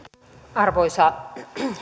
arvoisa